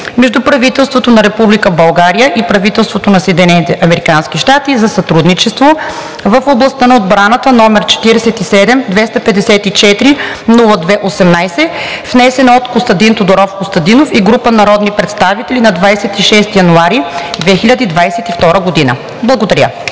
между правителството на Република България и правителството на САЩ за сътрудничество в областта на отбраната, № 47-254-02-18, внесен от Костадин Тодоров Костадинов и група народни представители на 26 януари 2022 г.“ Благодаря.